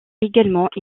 également